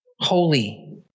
holy